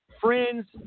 friends